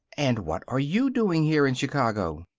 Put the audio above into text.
and what are you doing here in chicago?